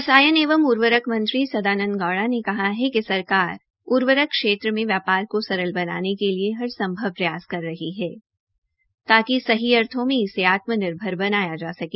रसायन एवं उर्वरक मंत्री सदानंद गौड़ ने कहा है कि सरकार उर्वरक क्षेत्र में व्यापार को सरल बनाने के लिए हर संभव प्रयास कर रही है ताकि सही अर्थो में इसे आत्म निर्भर बनाया जा सके